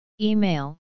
Email